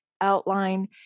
outline